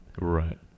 Right